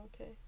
okay